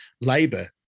Labour